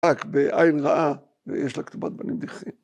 ‫רק בעין ראה ויש לה כתובת בנים דיחים.